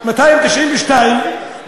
292,